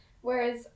Whereas